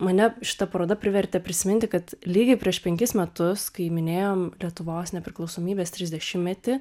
mane šita paroda privertė prisiminti kad lygiai prieš penkis metus kai minėjom lietuvos nepriklausomybės trisdešimtmetį